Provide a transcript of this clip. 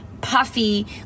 puffy